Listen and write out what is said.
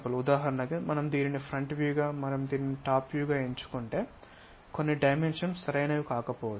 ఉదాహరణకు మనం దీనిని ఫ్రంట్ వ్యూ గా మరియు దీనిని టాప్ వ్యూ ఎంచుకుంటే కొన్ని డైమెన్షన్స్ సరైనవి కాకపోవచ్చు